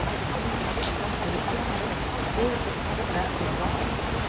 how can i tell? an abduction! a burglary! an act of violence!